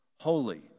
holy